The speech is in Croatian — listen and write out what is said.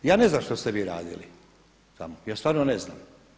Ja ne znam što ste vi radili tamo, ja stvarno ne znam.